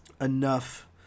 enough